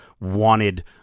wanted